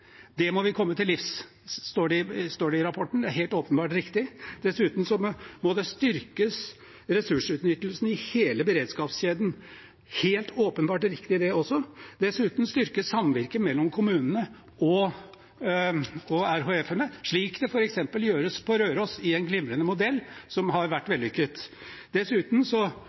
Det må vi komme til livs, står det i rapporten. Det er helt åpenbart riktig. Dessuten må ressursutnyttelsen i hele beredskapskjeden styrkes. Det er også helt åpenbart riktig. Dessuten må samvirket mellom kommunene og de regionale helseforetakene styrkes, slik det gjøres f.eks. på Røros i en glimrende modell, som har vært vellykket. Siden vi er i Midt-Norge, må jeg dessuten